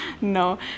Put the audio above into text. No